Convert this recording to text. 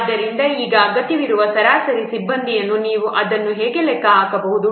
ಆದ್ದರಿಂದ ಈಗ ಅಗತ್ಯವಿರುವ ಸರಾಸರಿ ಸಿಬ್ಬಂದಿಯನ್ನು ನೀವು ಅದನ್ನು ಹೇಗೆ ಲೆಕ್ಕ ಹಾಕಬಹುದು